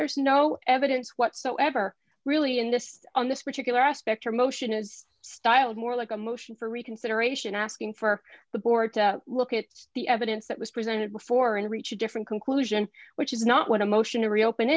there is no evidence whatsoever really in this on this particular aspect or motion has styled more like a motion for reconsideration asking for the board to look at the evidence that was presented before and reach a different conclusion which is not what a motion to reopen